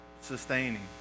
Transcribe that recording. Sustaining